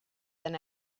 than